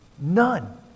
None